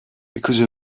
because